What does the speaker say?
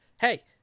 hey